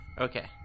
Okay